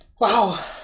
Wow